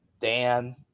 Dan